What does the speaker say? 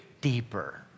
deeper